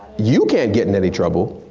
you can't get into any trouble.